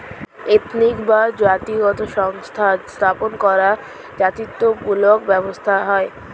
ethnic বা জাতিগত সংস্থা স্থাপন করা জাতিত্ব মূলক ব্যবসা হয়